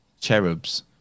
cherubs